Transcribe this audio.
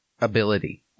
ability